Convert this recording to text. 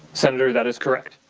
senator, that is correct.